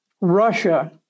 Russia